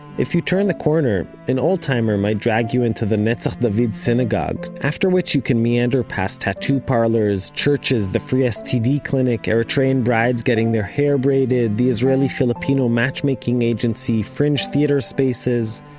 if you turn the corner, an old-timer, my drag you into the myths of the the synagogue after which you can meander past tattoo parlors, churches, the free std clinic, eritrean brides getting their hair braided, the israeli-filipino matchmaking agency, french theater spaces,